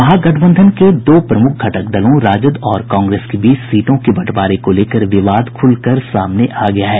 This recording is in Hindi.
महागठबंधन के दो प्रमुख घटक दलों राजद और कांग्रेस के बीच सीटों के बंटवारे को लेकर विवाद खुल कर सामने आ गया है